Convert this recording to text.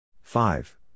five